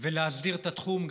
ולהסדיר את התחום,